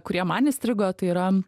kurie man įstrigo tai yra